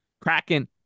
Kraken